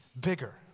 bigger